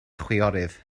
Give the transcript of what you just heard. chwiorydd